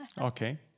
okay